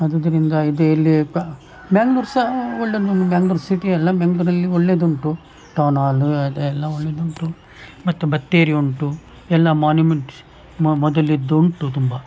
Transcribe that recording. ಆದುದರಿಂದ ಇದು ಇಲ್ಲೆ ಪ ಮ್ಯಾಂಗ್ಳೂರು ಸಹ ಒಳ್ಳೆ ಮ್ಯಾಂಗ್ಳೂರು ಸಿಟಿ ಎಲ್ಲ ಮ್ಯಾಂಗ್ಳೂರಲ್ಲಿ ಒಳ್ಳೆದುಂಟು ಟೌನ್ ಹಾಲ್ ಅದು ಎಲ್ಲ ಒಳ್ಳೆದುಂಟು ಮತ್ತೆ ಬತ್ತೇರಿ ಉಂಟು ಎಲ್ಲ ಮಾನ್ಯುಮೆಂಟ್ಸ್ ಮೊದಲಿದ್ದುಂಟು ತುಂಬ